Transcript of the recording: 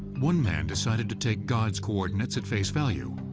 one man decided to take god's coordinates at face value.